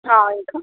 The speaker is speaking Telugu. ఇంకా